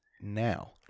now